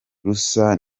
rusa